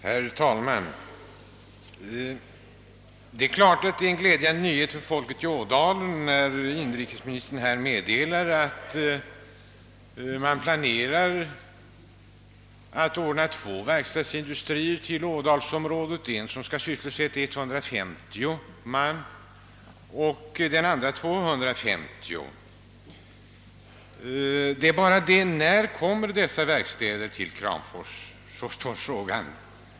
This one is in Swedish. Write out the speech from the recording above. Herr talman! Det är klart att det är en glädjande nyhet för folket i Ådalen, när inrikesministern här meddelar att man planerar att ordna med två verkstadsindustrier i ådalsområdet, en som skall sysselsätta 150 man och en annan med 250 man. Frågan är bara: När kommer dessa verkstadsindustrier till Kramfors?